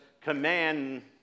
command